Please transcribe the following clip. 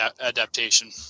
adaptation